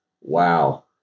wow